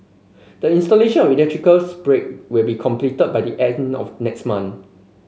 the installation of the electrical break will be completed by the end of next month